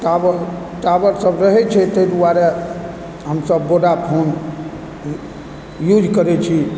tower tower सब रहै छै तहि दुआरे हमसभ वोडाफोन यूज करैत छी